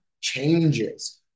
changes